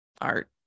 art